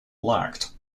lacked